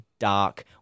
dark